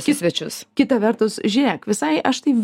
ji svečius kita vertus žiūrėk visai aš tai